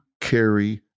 carry